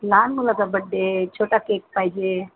लहान मुलाचा बड्डे आहे छोटा केक पाहिजे